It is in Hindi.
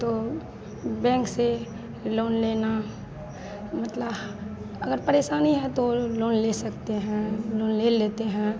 तो बैंक से लोन लेना मतलब ह अगर परेशानी है तो लोन ले सकते हैं लोन ले लेते हैं